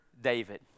David